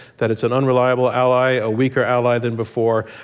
that it's an unreliable ally, a weaker ally than before,